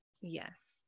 Yes